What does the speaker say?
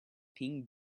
pink